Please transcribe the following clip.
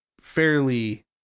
fairly